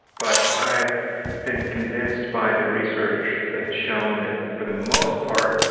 but i've been convinced by the research that has shown that for the most part,